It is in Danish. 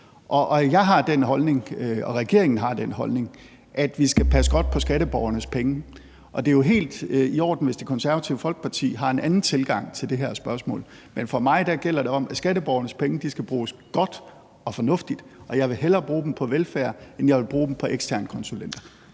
regeringen har den holdning, at vi skal passe godt på skatteborgernes penge. Det er jo helt i orden, hvis Det Konservative Folkeparti har en anden tilgang til det her spørgsmål, men for mig gælder det om, at skatteborgernes penge skal bruges godt og fornuftigt, og jeg vil hellere bruge dem på velfærd, end jeg vil bruge dem på eksterne konsulenter.